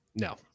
No